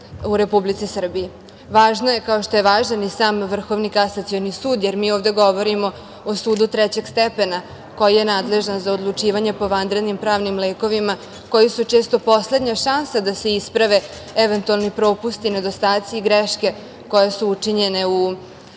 Republici Srbiji. Važno je, kao što je važan i sam Vrhovni kasacioni sud, jer mi ovde govorimo o sudu trećeg stepena, koji je nadležan za odlučivanje po vanrednim pravnim lekovima koji su često poslednja šansa da se isprave, eventualni, propusti, nedostaci i greške koje su učinjeni u